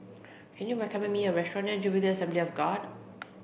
can you recommend me a restaurant near Jubilee Assembly of God